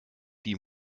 die